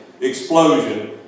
explosion